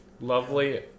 Lovely